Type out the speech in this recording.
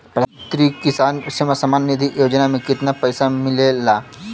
प्रधान मंत्री किसान सम्मान निधि योजना में कितना पैसा मिलेला?